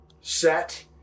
set